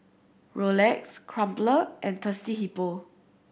Rolex Crumpler and Thirsty Hippo